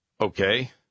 Okay